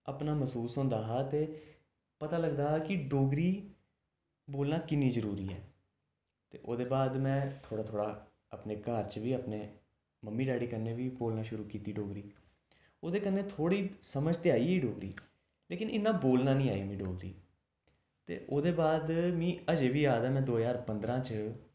अपना मसूस होंदा हा ते पता लगदा हा कि डोगरी बोलना किन्नी जरूरी ऐ ते ओह्दे बाद में थोह्ड़ा थोह्ड़ा अपने घर च बी अपने मम्मी डैडी कन्नै बी बोलना शुरू कीती डोगरी औह्दे कन्नै थोह्ड़ी समझ ते आई गेई डोगरी लेकिन इन्ना बोलना निं आई मिगी डोगरी ते ओह्दे बाद मिगी अजें बी याद ऐ में दो ज्हार पंदरां च